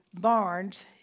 barns